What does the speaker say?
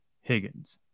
Higgins